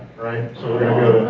right so